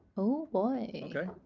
oh boy. okay,